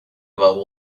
about